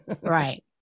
Right